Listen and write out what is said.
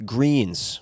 Greens